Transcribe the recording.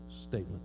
statement